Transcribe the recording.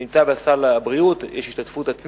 זה נמצא בסל הבריאות, יש השתתפות עצמית.